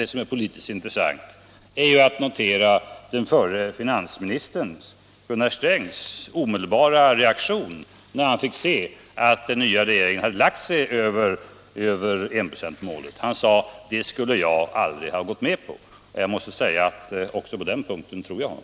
Det är också politiskt intressant att notera förre finansministern Gunnar Strängs omedelbara reaktion när han fick se att den nya regeringen hade lagt sig över enprocentsmålet. Han sade: Det skulle jag aldrig ha gått med på. Jag måste säga att också på den punkten tror jag honom.